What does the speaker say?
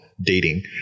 dating